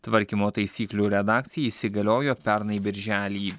tvarkymo taisyklių redakcija įsigaliojo pernai birželį